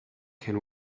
can